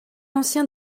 ancien